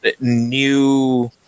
new